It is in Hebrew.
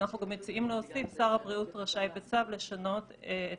אנחנו גם מציעים להוסיף "שר הבריאות רשאי בצו לשנות את